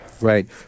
Right